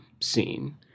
scene